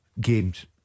games